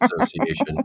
Association